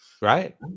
Right